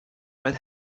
what